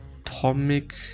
atomic